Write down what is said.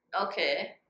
Okay